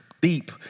deep